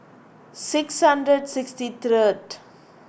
six hundred sixty third